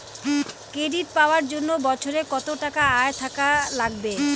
Credit পাবার জন্যে বছরে কত টাকা আয় থাকা লাগবে?